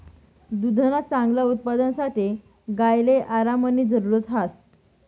दुधना चांगला उत्पादनसाठे गायले आरामनी जरुरत ह्रास